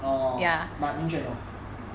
orh but in general